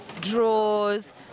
draws